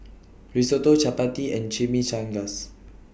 Risotto Chapati and Chimichangas